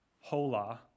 hola